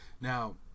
Now